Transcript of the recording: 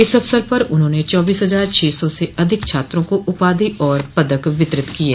इस अवसर पर उन्होंने चौबीस हजार छह सौ से अधिक छात्रों को उपाधि और पदक वितरित किये